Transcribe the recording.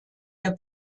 der